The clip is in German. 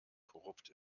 korrupt